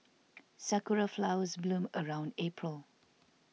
sakura flowers bloom around April